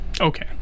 Okay